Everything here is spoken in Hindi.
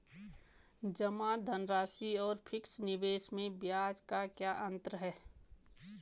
जमा धनराशि और फिक्स निवेश में ब्याज का क्या अंतर है?